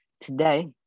today